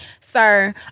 sir